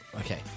Okay